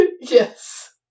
Yes